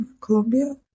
Colombia